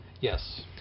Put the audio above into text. Yes